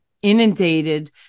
inundated